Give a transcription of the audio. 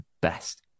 best